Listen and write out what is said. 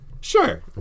Sure